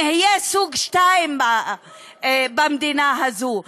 נהיה סוג מספר שתיים במדינה הזאת,